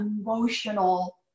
emotional